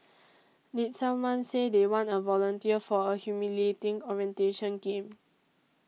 did someone say they want a volunteer for a humiliating orientation game